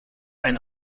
ein